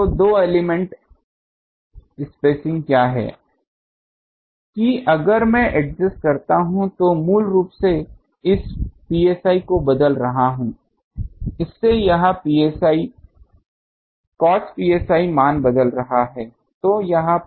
तो दो element spacing क्या है कि अगर मैं एडजस्ट करता हूं तो मैं मूल रूप से इस psi को बदल रहा हूं और इससे यह cos psi मान बदल रहा है